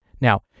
Now